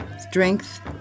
strength